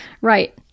right